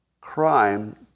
crime